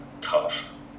tough